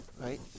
right